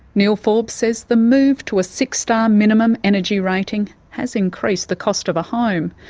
neil forbes says the move to a six-star um minimum energy rating has increased the cost of a home.